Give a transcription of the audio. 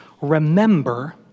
remember